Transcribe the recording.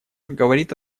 говорит